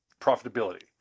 profitability